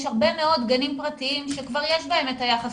יש הרבה מאוד גנים פרטיים שכבר יש בהם את יחס